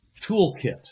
toolkit